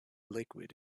liquid